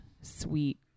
sweet